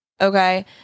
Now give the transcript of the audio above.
Okay